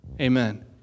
Amen